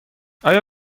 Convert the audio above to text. آیا